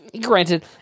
granted